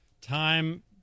time